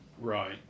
right